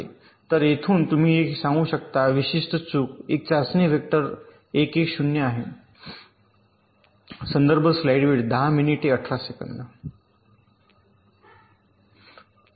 तर येथून तुम्ही हे सांगू शकता विशिष्ट चूक एक चाचणी वेक्टर 1 1 0 आहे